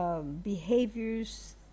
Behaviors